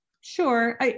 Sure